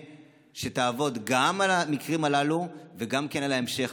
שתעבוד גם על המקרים הללו וגם על ההמשך,